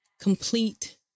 Complete